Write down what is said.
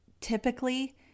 Typically